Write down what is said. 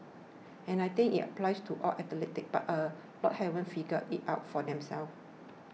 and I think it applies to all athletes but a lot haven't figured it out for themselves